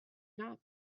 not